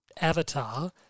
avatar